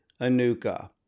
Anuka